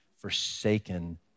forsaken